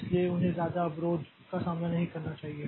इसलिए उन्हें ज्यादा अवरोध का सामना नहीं करना चाहिए